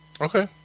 Okay